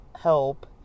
help